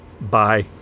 bye